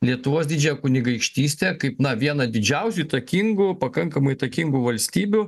lietuvos didžiąją kunigaikštystę kaip na vieną didžiausių įtakingų pakankamai įtakingų valstybių